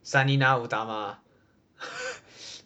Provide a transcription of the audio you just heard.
sang nila utama